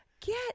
get